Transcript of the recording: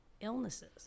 illnesses